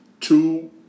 Two